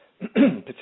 particularly